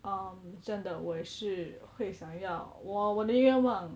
um 真的我也是会想要我我的愿望